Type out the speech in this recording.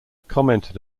commented